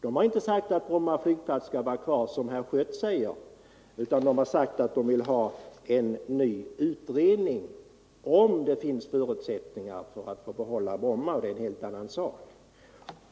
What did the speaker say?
De har inte sagt att Bromma flygplats skall vara kvar, som herr Schött säger, utan de har sagt att de vill ha en ny utredning om huruvida det finns förutsättningar för att behålla Bromma, och det är en helt annan sak.